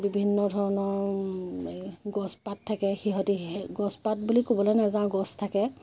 বিভিন্ন ধৰণৰ গছপাত থাকে সিহঁতি গছপাত বুলি ক'বলৈ নাযাওঁ গছ থাকে